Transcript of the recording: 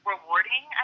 rewarding